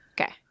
Okay